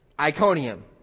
Iconium